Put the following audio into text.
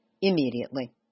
immediately